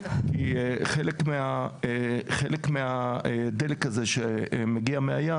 כי חלק מהדלק הזה שמגיע מהים,